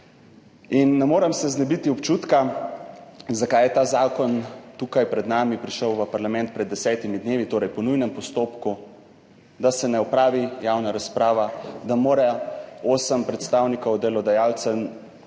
In ne morem se znebiti občutka, zakaj je ta zakon prišel v parlament pred nas pred desetimi dnevi, torej po nujnem postopku, da se ne opravi javna razprava, da mora osem predstavnikov delodajalcev